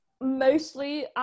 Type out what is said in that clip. mostly